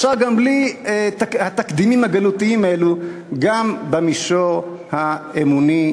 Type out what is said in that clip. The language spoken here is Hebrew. אפשר גם בלי התקדימים הגלותיים האלו גם במישור האמוני,